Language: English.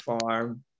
farm